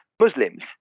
Muslims